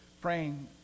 praying